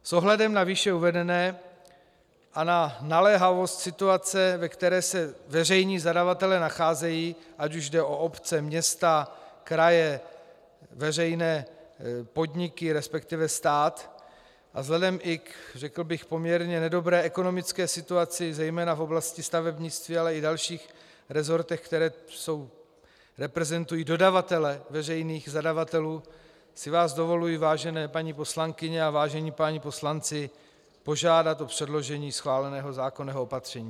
S ohledem na výše uvedené a na naléhavost situace, ve které se veřejní zadavatelé nacházejí, ať už jde o obce, města, kraje, veřejné podniky, respektive stát, a vzhledem i k, řekl bych, poměrně nedobré ekonomické situaci zejména v oblasti stavebnictví, ale i v dalších resortech, které reprezentují dodavatele veřejných zadavatelů, si vás dovoluji, vážené paní poslankyně a vážení páni poslanci, požádat o schválení předloženého zákonného opatření.